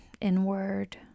inward